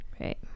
Right